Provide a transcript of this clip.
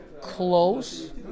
Close